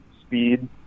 speed